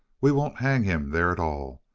we won't hang him there at all.